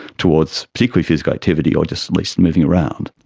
towards particularly physical activity or just at least moving around.